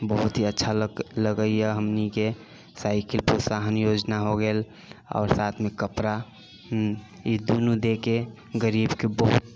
बहुत ही अच्छा लगैया हमनीके साइकल प्रोत्साहन योजना हो गेल आओर साथमे कपड़ा ई दूनू देके गरीबके बहुत